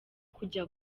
kujya